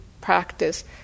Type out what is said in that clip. practice